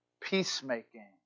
peacemaking